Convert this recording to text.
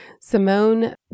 Simone